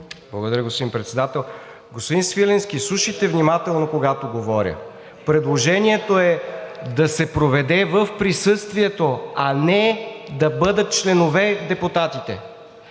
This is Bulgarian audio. Благодаря, господин Председател. Господин Свиленски, слушайте внимателно, когато говоря. Предложението е да се проведе в присъствието, а не да бъдат членове депутатите!